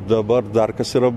dabar dar kas yra